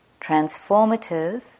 Transformative